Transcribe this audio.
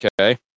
Okay